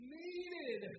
needed